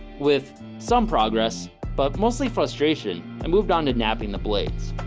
with some progress but mostly frustration and moved on to napping the blades